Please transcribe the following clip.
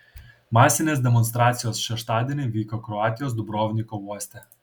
masinės demonstracijos šeštadienį vyko kroatijos dubrovniko uoste